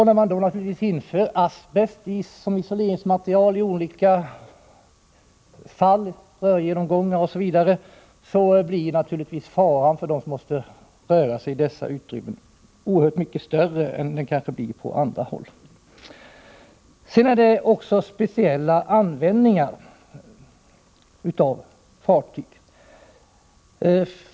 När man då inför asbest som isoleringsmaterial blir naturligtvis faran för dem som måste röra sig i dessa utrymmen oerhört mycket större än vad den kanske blir på andra håll. Det finns också speciella användningar av marina fartyg.